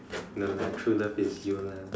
no lah true love is you lah